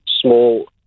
small